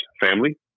family